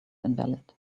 invalid